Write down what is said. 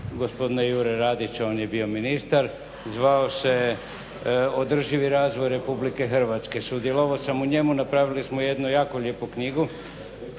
gospodina Jure Radića on je bio ministar, zvao se je "Održivi razvoj RH". Sudjelovao sam u njemu, napravili smo jednu jako lijepu knjigu